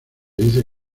dice